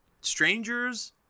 strangers